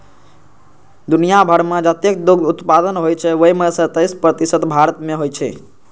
दुनिया भरि मे जतेक दुग्ध उत्पादन होइ छै, ओइ मे सं तेइस प्रतिशत भारत मे होइ छै